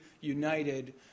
united